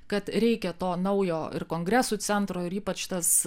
kad reikia to naujo ir kongresų centro ir ypač tas